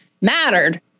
mattered